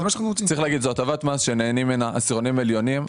זו הטבת מס שנהנים ממה עשירונים עליונים,